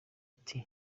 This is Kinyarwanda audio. ati